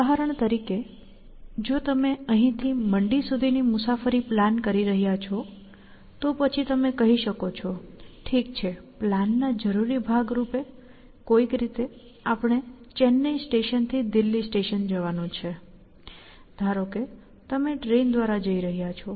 ઉદાહરણ તરીકે જો તમે અહીંથી મંડી સુધીની મુસાફરી પ્લાન કરી રહ્યા છો તો પછી તમે કહી શકો છો ઠીક છે પ્લાન ના જરૂરી ભાગ રૂપે કોઈક રીતે આપણે ચેન્નાઈ સ્ટેશનથી દિલ્હી સ્ટેશન જવાનું છે ધારો કે તમે ટ્રેન દ્વારા જઇ રહ્યા છો